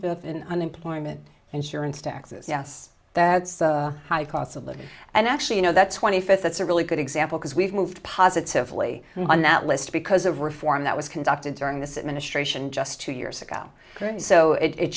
fifth in unemployment insurance taxes yes that's high cost of living and actually you know that twenty fifth that's a really good example because we've moved positively on that list because of reform that was conducted during this administration just two years ago so it